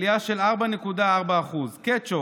עלייה של 4.4%; קטשופ,